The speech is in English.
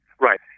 Right